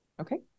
Okay